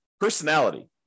personality